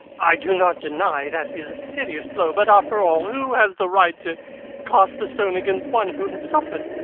i do not deny that is a serious blow. but after all, who has the right to cast a stone against one who has suffered?